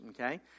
okay